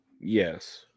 Yes